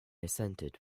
assented